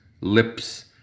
lips